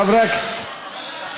חברי הכנסת.